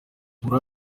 gukura